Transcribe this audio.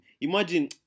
Imagine